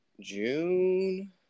June